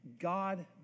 God